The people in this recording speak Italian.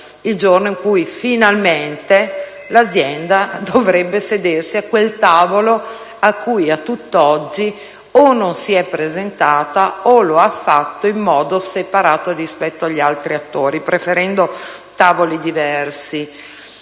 giorno in cui finalmente l'azienda dovrà sedersi a quel tavolo a cui a tutt'oggi o non si è presentata o lo ha fatto in modo separato rispetto agli altri attori, preferendo tavoli diversi.